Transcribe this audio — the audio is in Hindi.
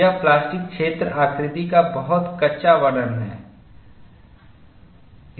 यह प्लास्टिक क्षेत्र आकृति का बहुत कच्चा प्रतिरूप है